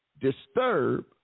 Disturb